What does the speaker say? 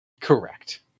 Correct